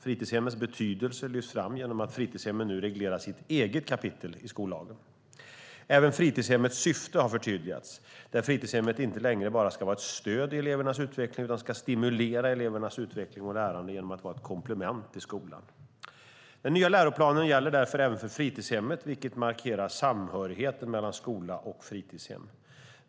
Fritidshemmets betydelse lyfts fram genom att fritidshemmen nu regleras i ett eget kapitel i skollagen. Även fritidshemmets syfte har förtydligats, där fritidshemmet inte längre bara ska vara ett stöd i elevernas utveckling utan ska stimulera elevernas utveckling och lärande genom att vara ett komplement till skolan. Den nya läroplanen gäller därför även för fritidshemmet, vilket markerar samhörigheten mellan skola och fritidshem.